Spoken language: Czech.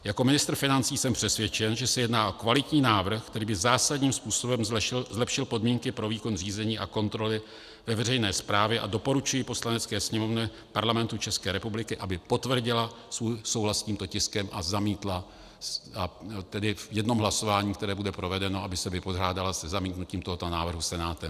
Jako ministr financí jsem přesvědčen, že se jedná o kvalitní návrh, který by zásadním způsobem zlepšil podmínky pro výkon řízení a kontroly ve veřejné správě, a doporučuji Poslanecké sněmovně Parlamentu České republiky, aby potvrdila souhlas s tímto tiskem a v jednom hlasování, které bude provedeno, se vypořádala se zamítnutím tohoto návrhu Senátu.